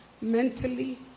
mentally